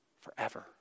forever